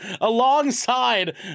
alongside